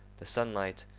the sunlight,